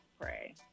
pray